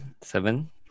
seven